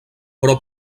però